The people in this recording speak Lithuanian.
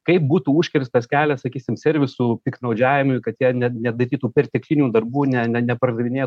kaip būtų užkirstas kelias sakysim servisų piktnaudžiavimui kad jie ne nedarytų perteklinių darbų ne ne nepardavinė